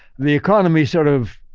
the economy sort of,